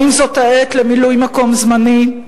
האם זאת העת למילוי מקום זמני?